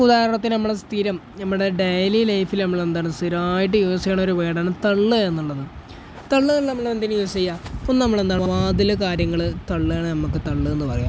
ഉദാഹരണത്തിന് നമ്മുടെ സ്ഥിരം നമ്മുടെ ഡെയിലി ലൈഫില് നമ്മളെന്താണ് സ്ഥിരമായിട്ട് യൂസ് ചെയ്യുന്നൊരു വേഡാണ് തള്ള് എന്നുള്ളത് തള്ളുക നമ്മളെന്തിനാണ് യൂസ് ചെയ്യുക ഒന്ന് നമ്മളെന്താണ് വാതിലും കാര്യങ്ങളും തള്ളുന്നതാണ് നമുക്ക് തള്ളുകയെന്ന് പറയുന്നത്